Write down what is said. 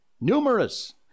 Numerous